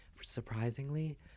Surprisingly